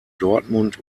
dortmund